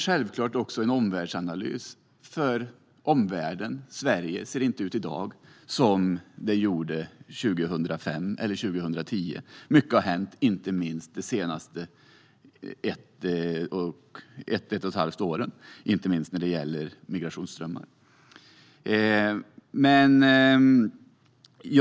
Självklart har vi även gjort en omvärldsanalys, för i omvärlden och i Sverige ser det i dag inte ut som det gjorde 2005 eller 2010. Mycket har hänt, inte minst under de senaste ett och ett halvt åren, vad gäller migrationsströmmar.